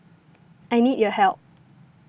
I need your help